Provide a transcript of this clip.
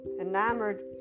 enamored